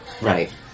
Right